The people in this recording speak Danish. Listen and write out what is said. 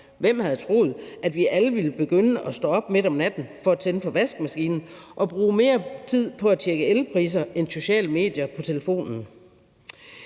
Hvem havde troet, at vi alle ville begynde at stå op midt om natten for at tænde for vaskemaskinen og bruge mere tid på at tjekke elpriser end sociale medier på telefonen?